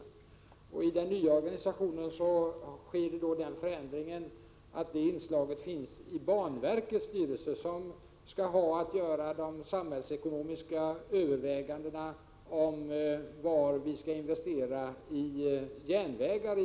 I och med den nya organisationen sker den förändringen att detta inslag återfinns i banverkets styrelse, som skall ha att göra de samhällsekonomiska övervägandena om var i landet vi skall investera i järnvägar.